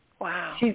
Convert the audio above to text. Wow